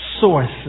sources